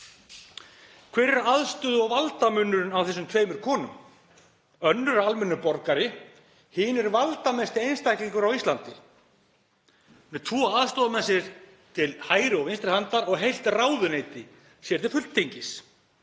Hver er aðstöðu- og valdamunurinn á þessum tveimur konum? Önnur er almennur borgari. Hin er valdamesti einstaklingur á Íslandi með tvo aðstoðarmenn sér til hægri og vinstri handar og heilt ráðuneyti sér til fulltingis.